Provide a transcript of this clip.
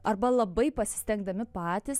arba labai pasistengdami patys